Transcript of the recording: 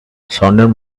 sounded